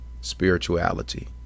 Spirituality